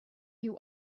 you